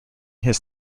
his